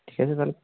ঠিক আছে তাহলে